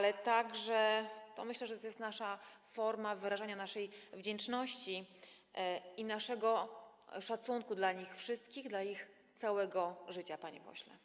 Myślę także, że to jest forma wyrażania naszej wdzięczności i naszego szacunku dla nich wszystkich, dla ich całego życia, panie pośle.